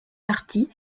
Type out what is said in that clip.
partie